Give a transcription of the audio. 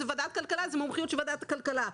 זה מומחיות של ועדת הכלכלה.